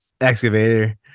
excavator